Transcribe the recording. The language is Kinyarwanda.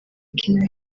kina